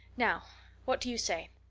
now what do you say?